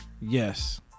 yes